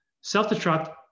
self-destruct